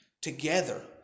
together